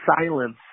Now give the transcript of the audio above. silence